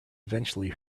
eventually